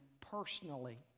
personally